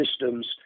systems